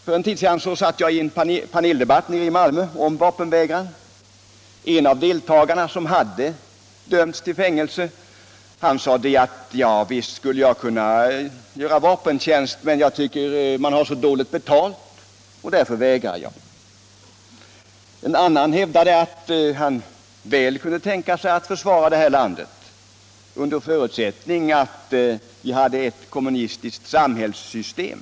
För en tid sedan deltog jag i en paneldebatt i Malmö om vapenvägran. En av deltagarna, som hade dömts till fängelse, sade: Visst skulle jag kunna göra vapentjänst, men jag tycker att man har så dåligt betalt, och därför vägrar jag. En annan hävdade att han väl kunde tänka sig att försvara det här landet under förutsättning att vi hade ett kommunistiskt samhällssystem.